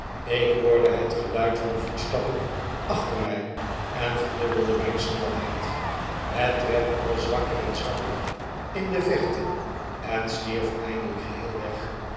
ik hoorde het geluid van voetstappen achter mij en verdubbelde mijn snelheid het werd al zwakker en zwakker in de verte en stierf eindelijk geheel weg